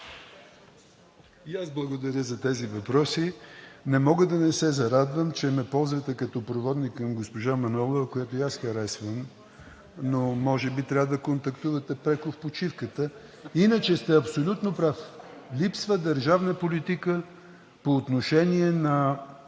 И аз благодаря за тези въпроси. Не мога да не се зарадвам, че ме ползвате като проводник към госпожа Манолова, която и аз харесвам, но може би трябва да контактувате пряко в почивката. Иначе сте абсолютно прав: липсва държавна политика по отношение на